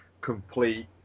complete